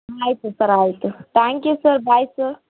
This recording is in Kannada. ಹಾಂ ಆಯಿತು ಸರ್ ಆಯಿತು thank you sir bye sir